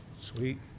sweet